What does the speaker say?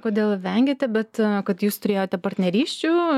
kodėl vengiate bet kad jūs turėjote partnerysčių